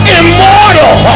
immortal